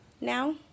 Now